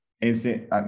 instant –